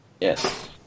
yes